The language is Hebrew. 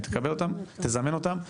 תקבל אותם, תזמן אותם.